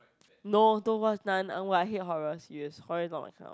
no don't watch Nun !wah! I hate horrors serious horror is not my kind of